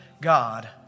God